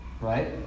right